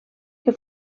que